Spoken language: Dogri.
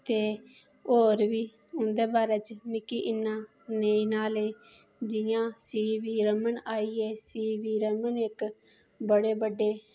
ते होर बी उं'दे बारे च मिकी इन्ना नेईं नाॅलेज जि'यां सीवी रमन आई गे सीवी रमन इक बडे़ बड्डे